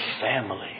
family